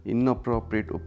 Inappropriate